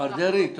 מר דרעי,